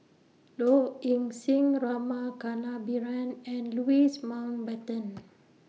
Low Ing Sing Rama Kannabiran and Louis Mountbatten